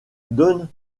donne